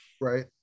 right